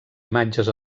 imatges